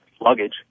luggage